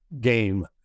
game